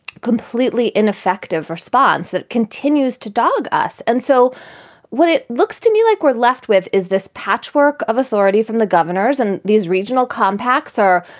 completely ineffective response that continues to dog us. and so what it looks to me like we're left with is this patchwork of authority from the governors. and these regional compacts are,